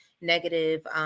negative –